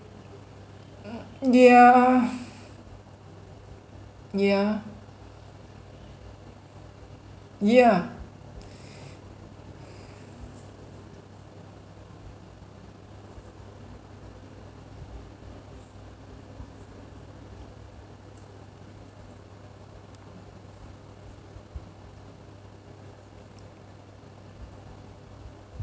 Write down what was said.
yeah yeah yeah